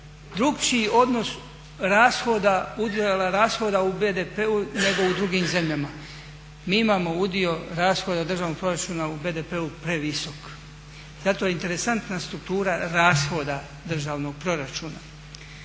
rashoda, udjela rashoda u BDP-u nego u drugim zemljama. Mi imamo udio rashoda državnog proračuna u BDP-u previsok zato je interesantna struktura rashoda državnog proračuna.